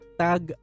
tag